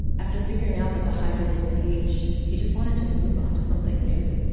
after figuring out that the hydra didn't age, he just wanted to move on to something new.